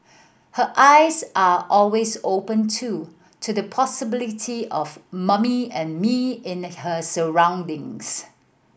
her eyes are always open too to the possibility of mummy and me in her surroundings